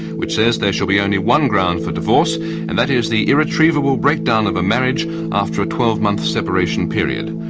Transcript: which says there should be only one ground for divorce and that is the irretrievable breakdown of a marriage after a twelve month separation period.